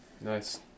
Nice